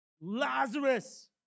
Lazarus